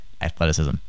athleticism